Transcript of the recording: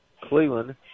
Cleveland